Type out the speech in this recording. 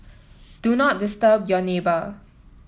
do not disturb your neighbour